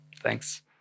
Thanks